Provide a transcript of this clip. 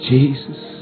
Jesus